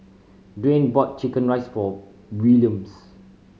Dayne bought chicken rice for Williams